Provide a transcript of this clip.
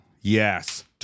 Yes